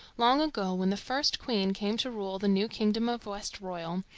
long ago, when the first queen came to rule the new kingdom of westroyal,